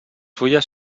fulles